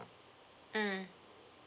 mm